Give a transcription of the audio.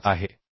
25 आहे